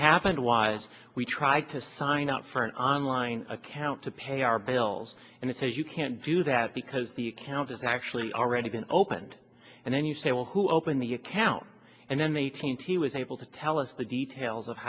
happened why we tried to sign up for an online account to pay our bills and it says you can't do that because the account is actually already been opened and then you say well who open the account and then the t t was able to tell us the details of